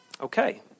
Okay